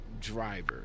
driver